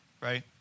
right